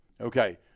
Okay